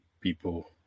people